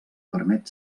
permet